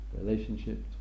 relationships